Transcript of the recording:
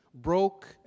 broke